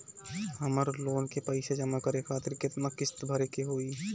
हमर लोन के पइसा जमा करे खातिर केतना किस्त भरे के होई?